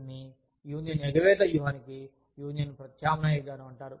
దీనిని యూనియన్ ఎగవేత వ్యూహానికి యూనియన్ ప్రత్యామ్నాయ విధానం అంటారు